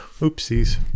Oopsies